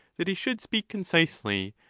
that he should speak concisely,